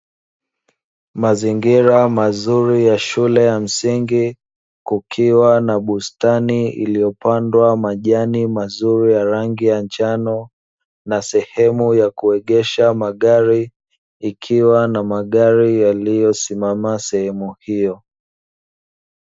Mazingira mazuri ya shule ya msingi, kukiwa na bustani iliyopandwa majani mazuri ya rangi ya njano na sehemu ya kuegesha magari, ikiwa na magari yaliyosimama sehemu hiyo.